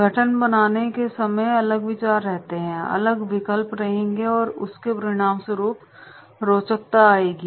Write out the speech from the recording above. गठन बनाने के समय अलग विचार रहते हैंअलग विकल्प रहेंगेऔर उसके परिणामस्वरूप रोचकता आयेगी